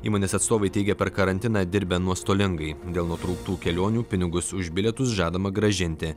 įmonės atstovai teigia per karantiną dirbę nuostolingai dėl nutrauktų kelionių pinigus už bilietus žadama grąžinti